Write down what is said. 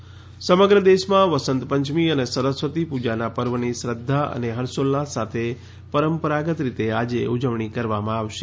વસંત પંચમી સમગ્ર દેશમાં વસંત પંચમી અને સરસ્વતી પૂજાના પર્વની શ્રદ્ધા અને હર્ષોલ્લાસ સાથે પરંપરાગત રીતે આજે ઉજવણી કરવામાં આવશે